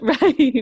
right